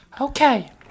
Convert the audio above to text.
Okay